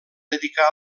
dedicà